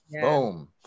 boom